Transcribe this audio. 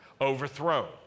overthrown